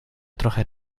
trochę